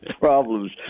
problems